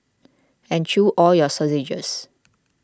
and chew all your sausages